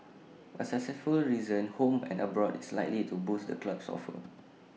A successful season home and abroad is likely to boost the club's coffers